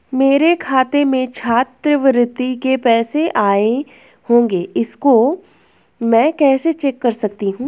मेरे खाते में छात्रवृत्ति के पैसे आए होंगे इसको मैं कैसे चेक कर सकती हूँ?